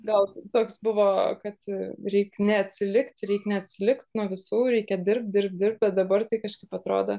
gal toks buvo kad reik neatsilikt reik neatsilikt nuo visų reikia dirbt dirbt dirbt bet dabar tai kažkaip atrodo